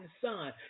son